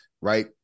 right